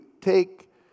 take